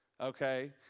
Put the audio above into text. Okay